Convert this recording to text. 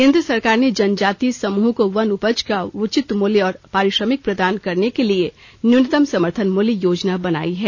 केन्द्र सरकार ने जनजातीय समूहों को वन उपज का उचित मूल्य और पारिश्रमिक प्रदान करने के लिए न्यूनतम समर्थन मूल्य योजना बनाई है